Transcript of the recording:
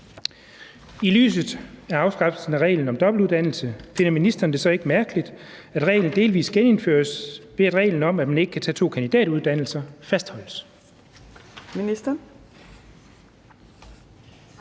I lyset af afskaffelsen af reglen om dobbeltuddannelse finder ministeren det så ikke mærkeligt, at reglen delvis genindføres, ved at reglen om, at man ikke kan tage to kandidatuddannelser, fastholdes?